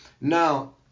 Now